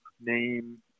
name